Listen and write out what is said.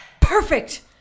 Perfect